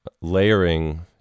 layering